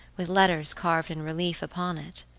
with letters carved in relief upon it.